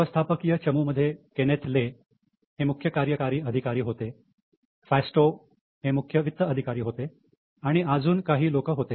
व्यवस्थापकीय चमूमध्ये Kenneth Lay हे मुख्य कार्यकारी अधिकारी होते फास्टॉ हे मुख्य वित्त अधिकारी होते आणि अजून काही लोक होते